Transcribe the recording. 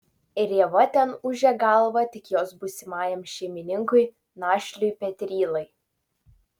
rėva ten ūžė galvą tik jos būsimajam šeimininkui našliui petrylai